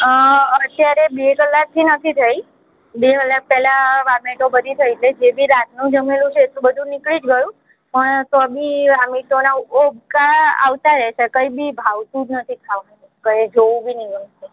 અત્યારે બે કલાકથી નથી થઈ બે કલાક પહેલા વૉમિટો બધી થઈ ગઈ જે બી રાતનું જમેલું છે એ તો બધું નીકળી જ ગયું પણ તો બી વૉમીટો ને ઊબકા આવતા રહે છે કંઈ બી ભાવતું જ નથી ખાવાનું કંઈ જોવું બી નથી ગમતું